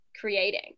creating